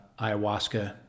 ayahuasca